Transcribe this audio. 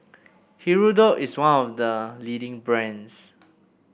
Hirudoid is one of the leading brands